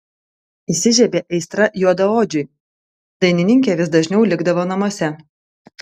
įsižiebė aistra juodaodžiui dainininkė vis dažniau likdavo namuose